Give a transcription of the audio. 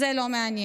זה לא מעניין.